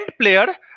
player